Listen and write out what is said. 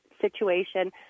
situation